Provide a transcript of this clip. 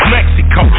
Mexico